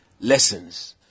lessons